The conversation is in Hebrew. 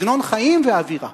סגנון חיים ואווירה.